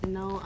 no